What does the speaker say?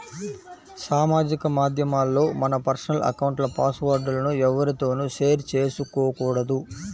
సామాజిక మాధ్యమాల్లో మన పర్సనల్ అకౌంట్ల పాస్ వర్డ్ లను ఎవ్వరితోనూ షేర్ చేసుకోకూడదు